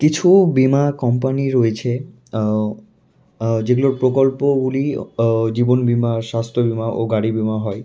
কিছু বিমা কম্পানি রয়েছে যেগুলোর প্রকল্পগুলি জীবন বিমা স্বাস্ত্য বিমা ও গাড়ি বিমা হয়